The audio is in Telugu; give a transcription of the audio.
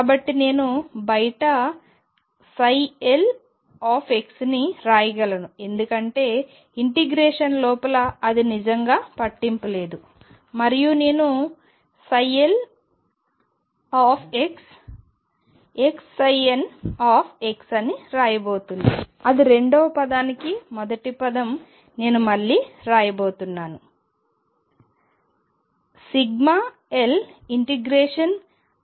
కాబట్టి నేను బయట lని రాయగలను ఎందుకంటే ఇంటిగ్రేషన్ లోపల అది నిజంగా పట్టింపు లేదు మరియు నేను lxxnx అని రాయబోతున్నాను అది రెండవ పదానికి మొదటి పదం నేను మళ్ళీరాయబోతున్నాను